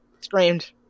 Screamed